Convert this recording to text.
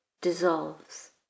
dissolves